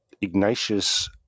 Ignatius